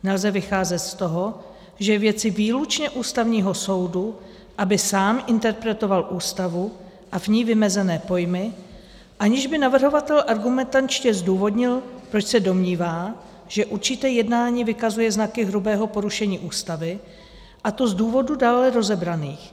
Nelze vycházet z toho, že je věcí výlučně Ústavního soudu, aby sám interpretoval Ústavu a v ní vymezené pojmy, aniž by navrhovatel argumentačně zdůvodnil, proč se domnívá, že určité jednání vykazuje znaky hrubého porušení Ústavy, a to z důvodů dále rozebraných.